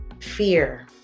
Fear